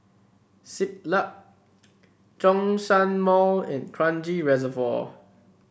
Siglap Zhongshan Mall and Kranji Reservoir